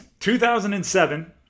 2007